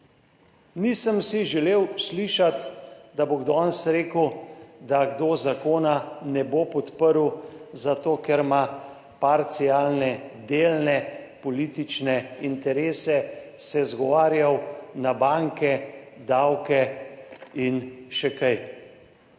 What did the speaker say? Nisem si želel slišati, da bo kdo danes rekel, da zakona ne bo podprl zato, ker ima parcialne, delne politične interese, se izgovarjal na banke, davke in še kaj.